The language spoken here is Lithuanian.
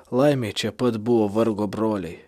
laimė čia pat buvo vargo broliai